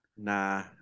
nah